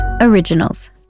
Originals